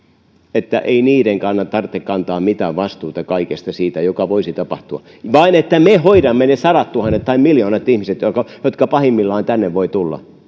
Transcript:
ei tarvitse kantaa mitään vastuuta kaikesta siitä joka voisi tapahtua vaan että me hoidamme ne sadattuhannet tai miljoonat ihmiset jotka pahimmillaan tänne voivat tulla